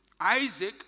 Isaac